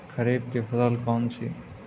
खरीफ की फसल कौन सी है?